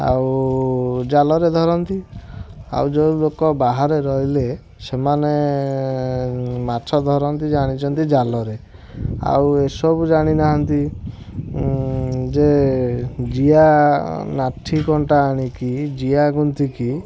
ଆଉ ଜାଲରେ ଧରନ୍ତି ଆଉ ଯେଉଁ ଲୋକ ବାହାରେ ରହିଲେ ସେମାନେ ମାଛ ଧରନ୍ତି ଜାଣିଛନ୍ତି ଜାଲରେ ଆଉ ଏ ସବୁ ଜାଣିନାହାଁନ୍ତି ଯେ ଜିଆ ନାଠି କଣ୍ଟା ଆଣିକି ଜିଆ ଗୁନ୍ଥିକି